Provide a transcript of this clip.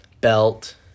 belt